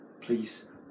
Please